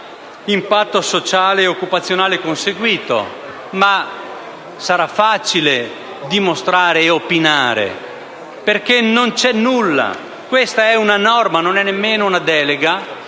impatto sociale e occupazionale conseguito, ma sarà facile dimostrare e opinare, perché non c'è nulla: questa non è nemmeno una delega,